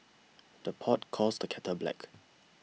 the pot calls the kettle black